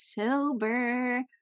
october